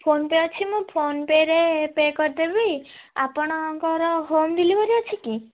phone pay ଅଛି ମୁଁ PhonePe ରେ ପେ କରିଦେବି ଆପଣଙ୍କର ହୋମ୍ ଡ଼େଲିଭରି ଅଛି କି